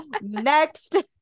Next